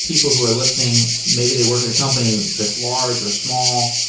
people who are listening. maybe they work at a company that's large or small.